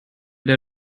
der